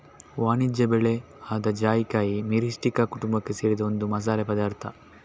ವಾಣಿಜ್ಯ ಬೆಳೆ ಆದ ಜಾಯಿಕಾಯಿ ಮಿರಿಸ್ಟಿಕಾ ಕುಟುಂಬಕ್ಕೆ ಸೇರಿದ ಒಂದು ಮಸಾಲೆ ಪದಾರ್ಥ